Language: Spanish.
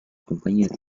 compañías